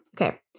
Okay